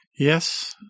Yes